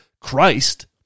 Christ